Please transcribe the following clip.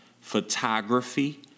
photography